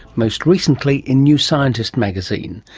most recently in new scientist magazine.